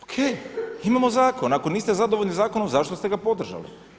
O.K. imamo zakon, ako niste zadovoljni zakonom zašto ste ga podržali?